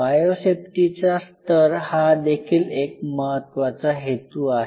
biosafety चा स्तर हा देखील एक महत्त्वाचा हेतू आहे